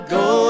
go